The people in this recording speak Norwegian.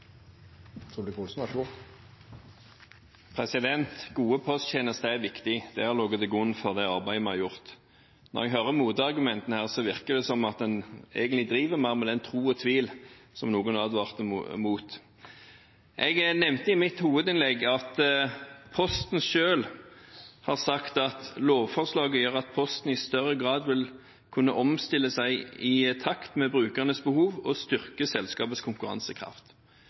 viktig. Det har ligget til grunn for det arbeidet vi har gjort. Når jeg hører motargumentene her, virker det som at en egentlig mer driver med den tro og tvil som noen advarte mot. Jeg nevnte i mitt hovedinnlegg at Posten selv har sagt at lovforslaget gjør at Posten i større grad vil kunne omstille seg i takt med brukernes behov og styrke selskapets konkurransekraft.